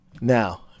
Now